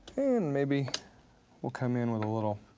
and maybe we'll come in with a little